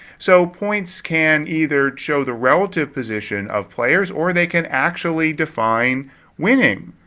so, points can either show the relative position of players or they can actually define winning.